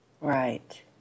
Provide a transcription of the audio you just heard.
Right